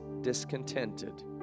discontented